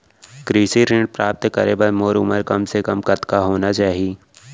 कृषि ऋण प्राप्त करे बर मोर उमर कम से कम कतका होना चाहि?